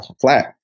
flat